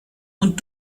und